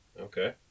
Okay